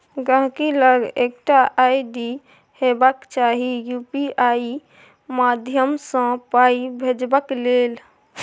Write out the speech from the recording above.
गांहिकी लग एकटा आइ.डी हेबाक चाही यु.पी.आइ माध्यमसँ पाइ भेजबाक लेल